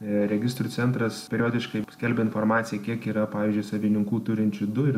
registrų centras periodiškai skelbia informaciją kiek yra pavyzdžiui savininkų turinčių du ir